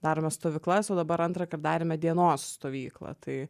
darome stovyklas o dabar antrąkart darėme dienos stovyklą tai